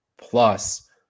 Plus